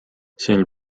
sel